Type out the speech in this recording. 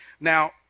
now